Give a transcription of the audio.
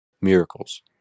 miracles—